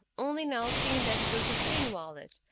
only now seeing that it was a thin wallet,